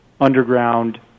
underground